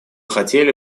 хотели